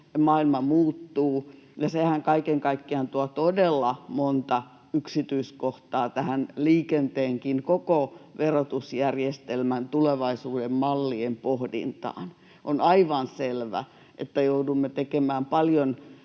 maailma muuttuu, ja sehän kaiken kaikkiaan tuo todella monta yksityiskohtaa liikenteenkin koko verotusjärjestelmän tulevaisuuden mallien pohdintaan. On aivan selvä, että joudumme tekemään paljon